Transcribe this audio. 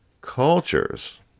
cultures